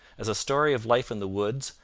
as a story of life in the woods,